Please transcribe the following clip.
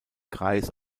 kreis